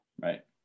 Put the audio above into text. right